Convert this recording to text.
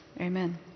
amen